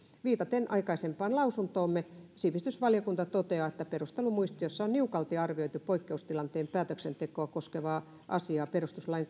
viitaten aikaisempaan lausuntoonsa sivistysvaliokunta toteaa että perustelumuistiossa on niukalti arvioitu poikkeustilanteen päätöksentekoa koskevaa asiaa perustuslain